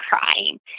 crying